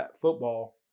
football